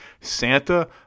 Santa